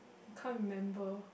can't remember